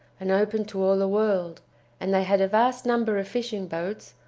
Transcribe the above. and open to all the world and they had a vast number of fishing boats,